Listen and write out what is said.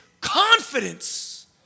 confidence